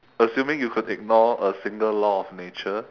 assuming you could ignore a single law of nature